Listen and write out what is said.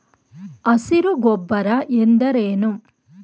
ಹಸಿರು ಗೊಬ್ಬರ ಎಂದರೇನು?